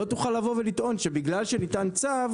לא תוכל לבוא ולטעון שבגלל שניתן צו,